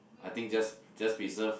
I think just just reserve